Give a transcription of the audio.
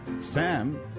Sam